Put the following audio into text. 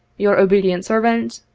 your obedient servant,